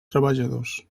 treballadors